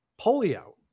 polio